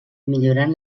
millorant